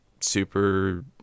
super